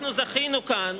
אנחנו זכינו כאן,